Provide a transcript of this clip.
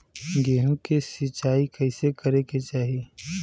गेहूँ के सिंचाई कइसे करे के चाही?